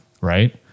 right